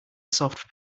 soft